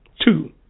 Two